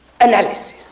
analysis